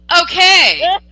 Okay